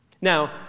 Now